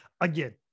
Again